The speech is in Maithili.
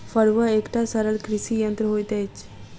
फड़ुआ एकटा सरल कृषि यंत्र होइत अछि